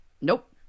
Nope